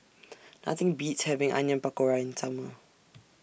Nothing Beats having Onion Pakora in Summer